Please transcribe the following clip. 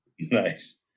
Nice